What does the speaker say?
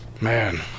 man